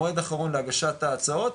מועד אחרון להגשת ההצעות,